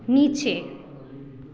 नीचे